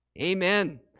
Amen